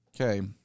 Okay